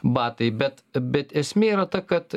batai bet bet esmė yra ta kad